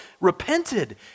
repented